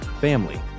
family